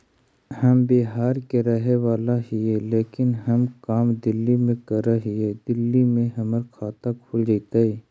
हम बिहार के रहेवाला हिय लेकिन हम काम दिल्ली में कर हिय, दिल्ली में हमर खाता खुल जैतै?